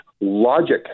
logic